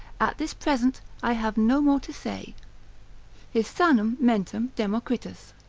at this present i have no more to say his sanam mentem democritus,